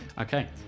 Okay